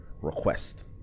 request